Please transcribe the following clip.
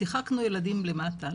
'שיחקנו ילדים למטה.